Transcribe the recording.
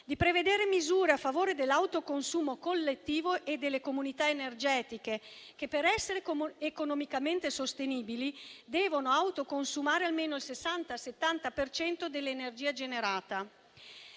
di prevedere misure a favore dell'autoconsumo collettivo e delle comunità energetiche che per essere economicamente sostenibili devono autoconsumare almeno il 60-70 per cento dell'energia generata.